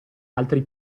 altri